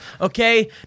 okay